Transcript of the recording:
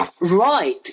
Right